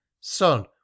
Son